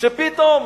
שפתאום